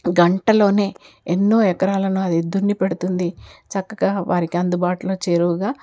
గంటలోనే ఎన్నో ఎకరాలను అది దున్ని పెడుతుంది చక్కగా వారికి అందుబాటులో చేరువగా